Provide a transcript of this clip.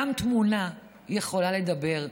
גם תמונה יכולה לדבר,